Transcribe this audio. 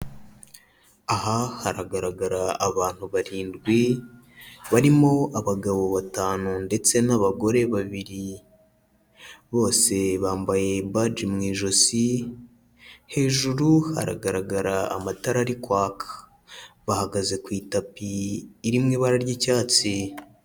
Aha haragaragara abantu barindwi barimo abagabo batanu ndetse n'abagore babiri, bose bambaye baji mu ijosi, hejuru hagaragara amatara ari kwaka, bahagaze ku itapi iri mu ibara ry'icyatsi.